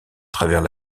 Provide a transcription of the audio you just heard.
travers